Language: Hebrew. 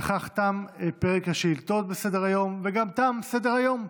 בכך תם פרק השאילתות בסדר-היום, וגם תם סדר-היום.